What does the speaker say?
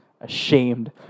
ashamed